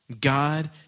God